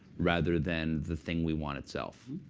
rather than the thing we want itself.